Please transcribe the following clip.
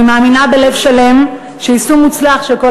אני מאמינה בלב שלם שיישום מוצלח של כל